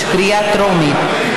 בקריאה טרומית.